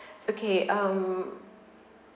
okay um